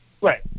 Right